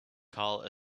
call